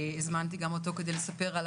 הזמנתי את איציק כדי לספר על